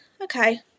okay